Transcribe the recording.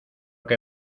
que